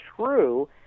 true